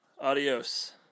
Adios